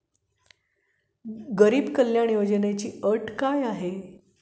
गरीब कल्याण योजनेची योग्यता काय आहे?